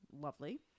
Lovely